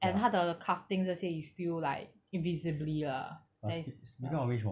and 他的 crafting 这些 is still like is visibly lah that's why